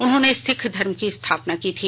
उन्होंने सिक्ख धर्म की स्थापना की थी